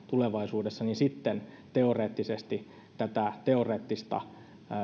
tulevaisuudessa niin sitten teoreettisesti tätä teoreettista